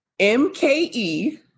MKE